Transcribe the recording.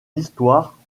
histoire